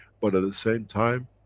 but at the same time,